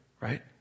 right